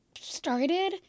started